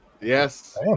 Yes